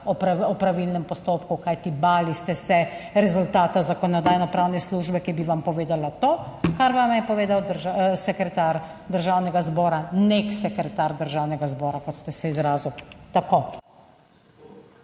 o pravilnem postopku, kajti bali ste se rezultata Zakonodajno-pravne službe, ki bi vam povedala to, kar vam je povedal sekretar Državnega zbora, nek sekretar Državnega zbora kot ste se izrazili. Tako.